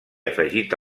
afegit